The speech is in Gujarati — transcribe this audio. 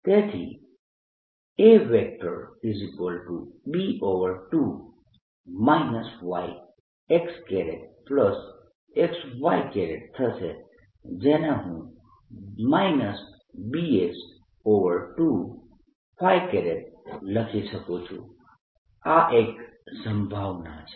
તેથી AB2 y xx y થશે જેને હું Bs2 લખી શકું છું આ એક સંભાવના છે